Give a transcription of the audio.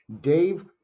dave